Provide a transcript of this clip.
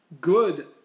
good